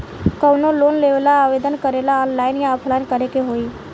कवनो लोन लेवेंला आवेदन करेला आनलाइन या ऑफलाइन करे के होई?